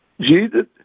Jesus